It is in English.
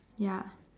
ya